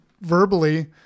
verbally